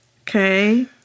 Okay